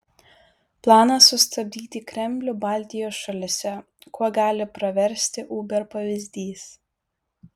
planas sustabdyti kremlių baltijos šalyse kuo gali praversti uber pavyzdys